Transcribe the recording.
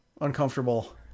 uncomfortable